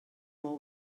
more